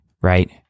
right